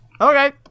Okay